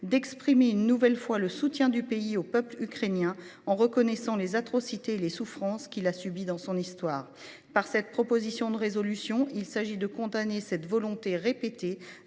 d'exprimer une nouvelle fois le soutien du pays au peuple ukrainien en reconnaissant les atrocités les souffrances qu'il a subi dans son histoire par cette proposition de résolution, il s'agit de condamner cette volonté répétée